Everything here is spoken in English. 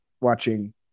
watching